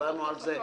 דיברנו על זה.